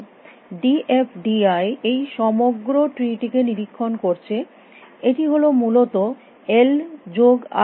D F D I এই সমগ্র tree টিকে নিরীক্ষণ করছে এটি হল মূলত এল যোগ আই নোড